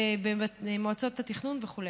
במועצות התכנון וכו'.